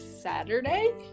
Saturday